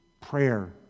prayer